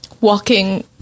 walking